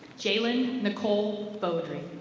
jalen nicole bodary.